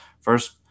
first